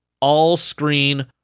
all-screen